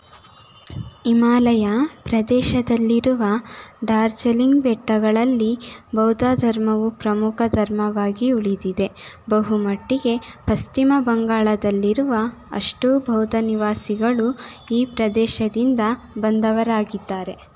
ಹಿಮಾಲಯ ಪ್ರದೇಶದಲ್ಲಿರುವ ಡಾರ್ಜಲಿಂಗ್ ಬೆಟ್ಟಗಳಲ್ಲಿ ಬೌದ್ಧ ಧರ್ಮವು ಪ್ರಮುಖ ಧರ್ಮವಾಗಿ ಉಳಿದಿದೆ ಬಹುಮಟ್ಟಿಗೆ ಪಶ್ಚಿಮ ಬಂಗಾಳದಲ್ಲಿರುವ ಅಷ್ಟೂ ಬೌದ್ಧ ನಿವಾಸಿಗಳು ಈ ಪ್ರದೇಶದಿಂದ ಬಂದವರಾಗಿದ್ದಾರೆ